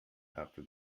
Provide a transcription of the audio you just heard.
after